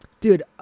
Dude